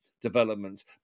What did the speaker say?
development